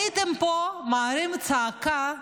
הייתם פה מעלים צעקה,